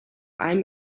allem